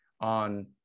on